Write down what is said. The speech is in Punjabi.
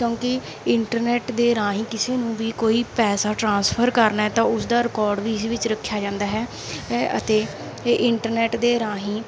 ਕਿਉਂਕਿ ਇੰਟਰਨੈਟ ਦੇ ਰਾਹੀਂ ਕਿਸੇ ਨੂੰ ਵੀ ਕੋਈ ਪੈਸਾ ਟਰਾਂਸਫਰ ਕਰਨਾ ਹੈ ਤਾਂ ਉਸਦਾ ਰਿਕੋਡ ਵੀ ਇਸ ਵਿੱਚ ਰੱਖਿਆ ਜਾਂਦਾ ਹੈ ਅਤੇ ਇੰਟਰਨੈਟ ਦੇ ਰਾਹੀਂ